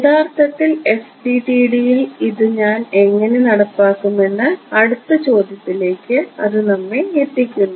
യഥാർത്ഥത്തിൽ FDTD യിൽ ഇത് ഞാൻ എങ്ങനെ നടപ്പാക്കും എന്ന അടുത്ത ചോദ്യത്തിലേക്ക് അത് നമ്മെ എത്തിക്കുന്നു